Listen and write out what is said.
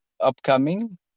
upcoming